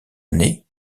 année